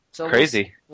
Crazy